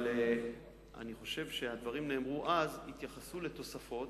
אבל אני חושב שהדברים שנאמרו אז התייחסו לתוספות,